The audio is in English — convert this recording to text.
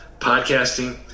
Podcasting